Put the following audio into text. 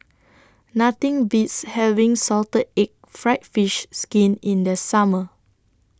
Nothing Beats having Salted Egg Fried Fish Skin in The Summer